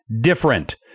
different